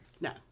no